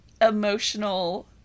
emotional